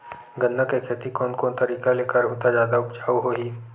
गन्ना के खेती कोन कोन तरीका ले करहु त जादा उपजाऊ होही?